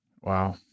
Wow